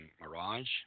Mirage